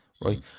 right